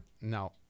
No